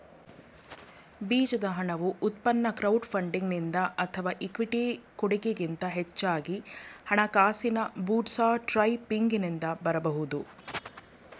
ಬೀಜದ ಹಣವು ಉತ್ಪನ್ನ ಕ್ರೌಡ್ ಫಂಡಿಂಗ್ನಿಂದ ಅಥವಾ ಇಕ್ವಿಟಿ ಕೊಡಗೆ ಗಿಂತ ಹೆಚ್ಚಾಗಿ ಹಣಕಾಸಿನ ಬೂಟ್ಸ್ಟ್ರ್ಯಾಪಿಂಗ್ನಿಂದ ಬರಬಹುದು